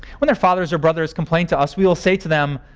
when their fathers or brothers complain to us, we will say to them,